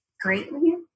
greatly